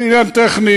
זה עניין טכני,